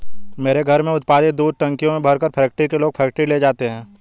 मेरे घर में उत्पादित दूध टंकियों में भरकर फैक्ट्री के लोग फैक्ट्री ले जाते हैं